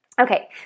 Okay